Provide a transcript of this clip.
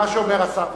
מה שאומר השר.